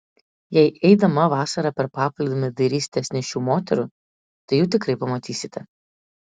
jei eidama vasarą per paplūdimį dairysitės nėščių moterų tai jų tikrai pamatysite